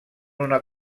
una